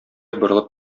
борылып